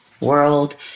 World